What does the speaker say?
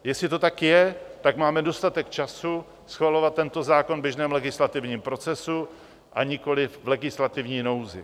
Jestli to tak je, tak máme dostatek času schvalovat tento zákon v běžném legislativním procesu, nikoliv v legislativní nouzi.